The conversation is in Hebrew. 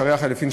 שערי החליפין,